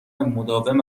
مداوم